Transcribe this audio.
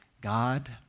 God